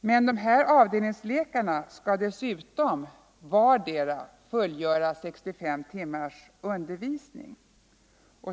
Men dessa avdelningsläkare skall dessutom vardera fullgöra 65 timmars undervisning.